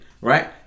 Right